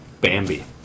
Bambi